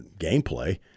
gameplay